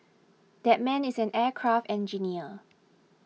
that man is an aircraft engineer